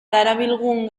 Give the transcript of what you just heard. darabilgun